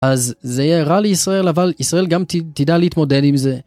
אז זה יהיה רע לישראל אבל ישראל גם תדע להתמודד עם זה.